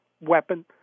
weapon